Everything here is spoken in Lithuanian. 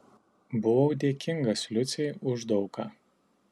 buvau dėkingas liucei už daug ką